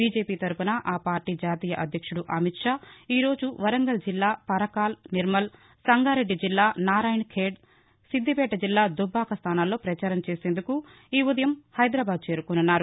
BJP తరఫున ఆ party జాతీయ అధ్యక్షుడు అమిత్ షా ఈ రోజు వరంగల్ జిల్లా పరకాల్ నిర్మల్ సంగా రెడ్డి జిల్లా నారాయణ్ ఖేద్ సిద్దిపేట జిల్లా దుబ్బాక స్థానాల్లో పచారం చేసేందుకు ఈ ఉదయం హైదరాబాద్ చేరుకోసున్నారు